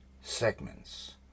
segments